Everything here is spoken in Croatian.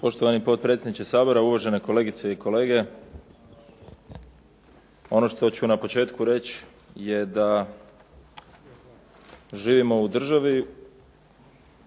Poštovani potpredsjedniče Sabora, uvažene kolegice i kolege. Ono što ću na početku reći je da živimo u državi